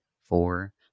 Four